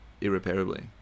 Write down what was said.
irreparably